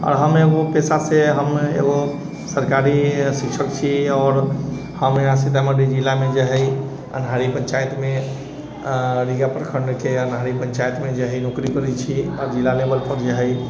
आओर हम एगो पेशासँ हम एकगो सरकारी शिक्षक छी आओर हम यहाँ सीतामढ़ी जिलामे जे हइ अन्हारि पञ्चायतमे रिगा प्रखण्डके अन्हारि पञ्चायतमे जे हइ नौकरी करै छी आओर जिला लेवलपर जे हइ